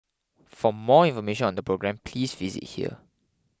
for more information on the programme please visit here